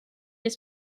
les